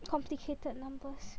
complicated numbers